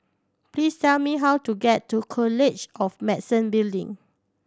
please tell me how to get to College of Medicine Building